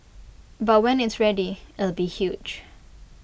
but when it's ready it'll be huge